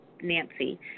Nancy